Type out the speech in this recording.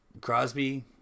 Crosby